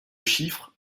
chiffres